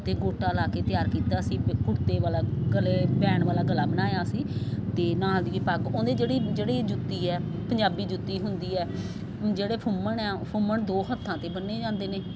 ਅਤੇ ਗੋਟਾ ਲਾ ਕੇ ਤਿਆਰ ਕੀਤਾ ਸੀ ਕੁੜਤੇ ਵਾਲਾ ਗਲੇ ਵੈਨ ਵਾਲਾ ਗਲਾ ਬਣਾਇਆ ਸੀ ਅਤੇ ਨਾਲ ਦੀ ਪੱਗ ਉਹਦੇ ਜਿਹੜੀ ਜਿਹੜੀ ਜੁੱਤੀ ਹੈ ਪੰਜਾਬੀ ਜੁੱਤੀ ਹੁੰਦੀ ਹੈ ਜਿਹੜੇ ਫੁੰਮਣ ਆ ਫੁੰਮਣ ਦੋ ਹੱਥਾਂ 'ਤੇ ਬੰਨੇ ਜਾਂਦੇ ਨੇ